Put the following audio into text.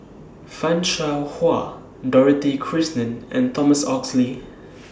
fan Shao Hua Dorothy Krishnan and Thomas Oxley